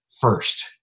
first